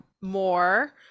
more